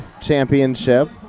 Championship